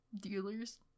Dealers